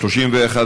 2 נתקבלו.